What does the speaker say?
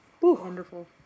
wonderful